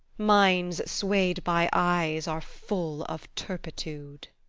minds sway'd by eyes are full of turpitude.